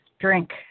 drink